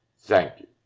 thank you.